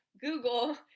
google